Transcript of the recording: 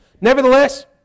Nevertheless